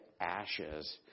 ashes